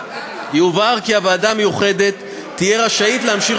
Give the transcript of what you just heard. יובהר כי הוועדה המיוחדת תהיה רשאית להמשיך